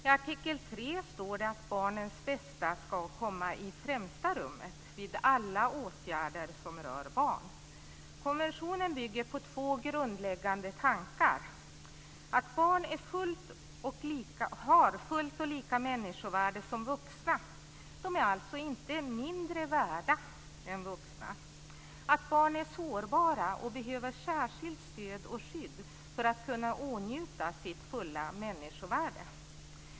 I artikel 3 står det att "barnens bästa ska komma i främsta rummet" vid alla åtgärder som rör barn. Konventionen bygger på två grundläggande tankar: - att barn har fullt och lika människovärde som vuxna; de är alltså inte mindre värda än vuxna - att barn är sårbara och behöver särskilt stöd och skydd för att kunna åtnjuta sitt fulla människovärde.